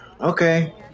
okay